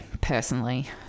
personally